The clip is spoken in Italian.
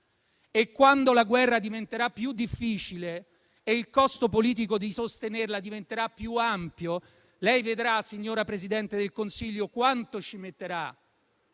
E quando la guerra diventerà più difficile e il costo politico di sostenerla diventerà più ampio, lei vedrà, signora Presidente del Consiglio, quanto ci metterà